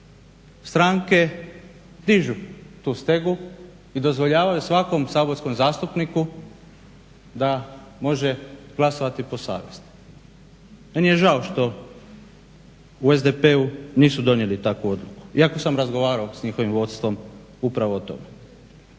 stranke dižu tu stegu i dozvoljavaju svakom saborskom zastupniku da može glasovati po savjesti. Meni je žao što u SDP-u nisu donijeli takvu odluku. Iako sam razgovarao s njihovim vodstvom upravo o tome.